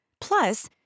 Plus